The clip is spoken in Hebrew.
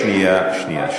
שנייה.